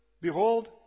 Behold